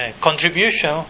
contribution